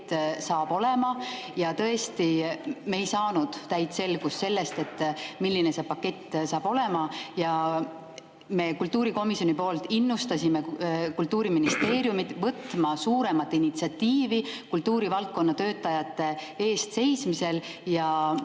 saab olema. Ja tõesti, me ei saanud täit selgust selle kohta, milline see pakett on. Meie kultuurikomisjoni poolt innustasime Kultuuriministeeriumi võtma suuremat initsiatiivi kultuurivaldkonna töötajate eest seismisel ja